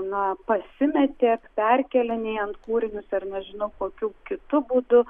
na pasimetė perkėlinėjant kūrinius ar nežinau kokiu kitu būdu